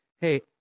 hey